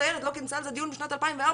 הילד לא כינסה על זה דיון משנת 2004,